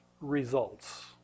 results